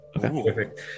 Perfect